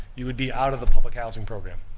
you would be out of the public housing program,